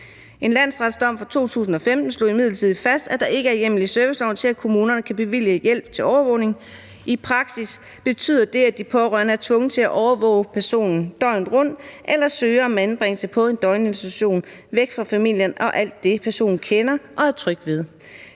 En landsretsdom fra 2015 slog imidlertid fast, at der ikke er hjemmel i serviceloven til, at kommunerne kan bevilge hjælp til overvågning. I praksis betyder det, at de pårørende er tvunget til at overvåge personen døgnet rundt eller søge om anbringelse på en døgninstitution væk fra familien og alt det, personen kender og er tryg ved.